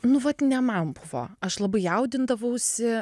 nu vat ne man buvo aš labai jaudindavausi